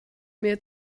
mir